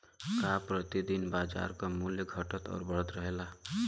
का प्रति दिन बाजार क मूल्य घटत और बढ़त रहेला?